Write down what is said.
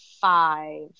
five